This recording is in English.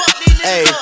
hey